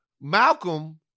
malcolm